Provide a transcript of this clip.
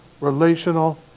relational